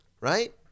Right